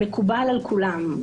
מקובל על כולם,